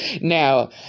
Now